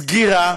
סגירה,